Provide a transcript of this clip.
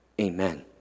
Amen